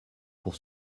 pour